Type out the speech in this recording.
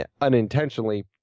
unintentionally